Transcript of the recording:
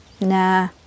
Nah